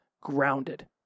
grounded